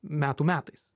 metų metais